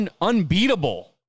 unbeatable